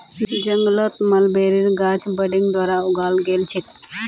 जंगलत मलबेरीर गाछ बडिंग द्वारा उगाल गेल छेक